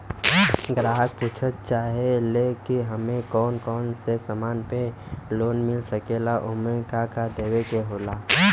ग्राहक पुछत चाहे ले की हमे कौन कोन से समान पे लोन मील सकेला ओमन का का देवे के होला?